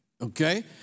Okay